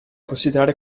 considerare